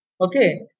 Okay